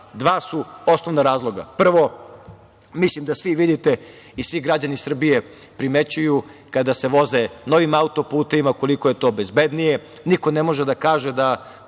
Dva su osnovna razloga. Prvo, mislim da svi vidite i svi građani Srbije primećuju kada se voze novim autoputevima koliko je to bezbednije. Niko ne može da kaže da